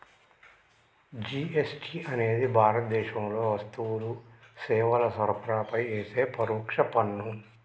GST అనేది భారతదేశంలో వస్తువులు, సేవల సరఫరాపై యేసే పరోక్ష పన్ను